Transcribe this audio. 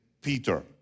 Peter